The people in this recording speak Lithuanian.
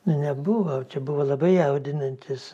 na nebuvo čia buvo labai jaudinantis